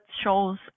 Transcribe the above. shows